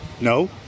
No